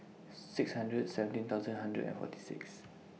six hundred and seventeen thousand hundred and forty six